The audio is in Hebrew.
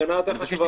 הפגנה יותר חשובה